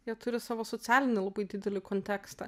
jie turi savo socialinį labai didelį kontekstą